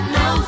no